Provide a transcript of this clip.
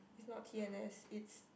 is not t_n_s is